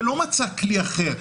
ולא מצא כלי אחר.